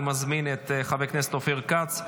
אני מזמין את חבר הכנסת אופיר כץ,